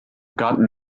gotten